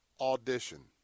audition